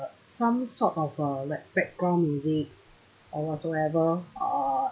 some sort of uh like background music or whatsoever uh